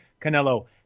Canelo –